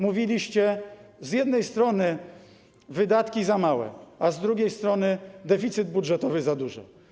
Mówiliście z jednej strony: wydatki za małe, a z drugiej strony: deficyt budżetowy za duży.